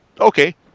Okay